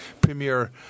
Premier